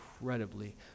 incredibly